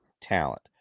talent